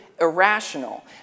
irrational